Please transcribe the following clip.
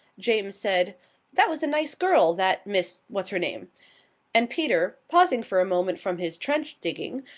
james said that was a nice girl, that miss what's-her-name. and peter, pausing for a moment from his trench-digging,